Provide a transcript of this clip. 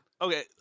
Okay